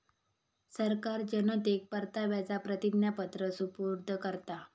सरकार जनतेक परताव्याचा प्रतिज्ञापत्र सुपूर्द करता